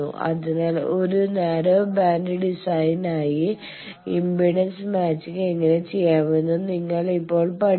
അതിനാൽ ഒരു narrow band ഡിസൈനിനായി ഇംപെഡൻസ് മാച്ചിങ് എങ്ങനെ ചെയ്യാമെന്ന് നിങ്ങൾ ഇപ്പോൾ പഠിച്ചു